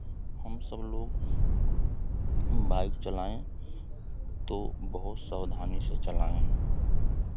हम सब लोग बाइक चलाएं तो बहुत सवधानी से चलाएं